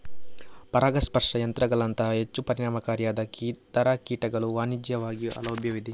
ಪರಾಗಸ್ಪರ್ಶ ಯಂತ್ರಗಳಂತಹ ಹೆಚ್ಚು ಪರಿಣಾಮಕಾರಿಯಾದ ಇತರ ಕೀಟಗಳು ವಾಣಿಜ್ಯಿಕವಾಗಿ ಲಭ್ಯವಿವೆ